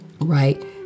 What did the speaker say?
right